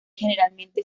generalmente